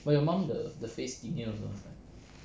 but your mum the the face skinnier last time